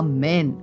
Amen